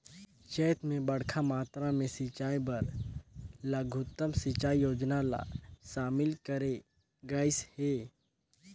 चैत मे बड़खा मातरा मे सिंचई बर लघुतम सिंचई योजना ल शामिल करे गइस हे